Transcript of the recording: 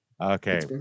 Okay